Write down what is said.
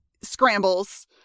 scrambles